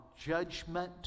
judgment